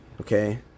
Okay